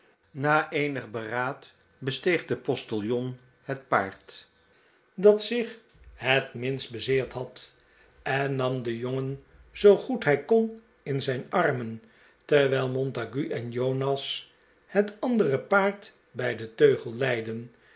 n'a eenig beraad besteeg de postiljon het paard dat zich het minst bezeerd had en nam den jongen zoo goed hij kon in zijn armen terwijl montague en jonas het andere paard bij den teugel leidden